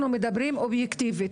אנחנו מדברים אובייקטיבית,